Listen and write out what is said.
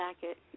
jacket